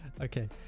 Okay